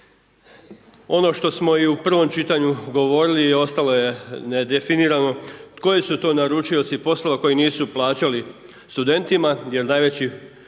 Ono što smo i u prvom čitanju govorili i ostalo je ne definirano koji su to naručioci poslova koji nisu plaćali studentima jer najveći